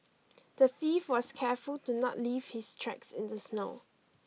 the thief was careful to not leave his tracks in the snow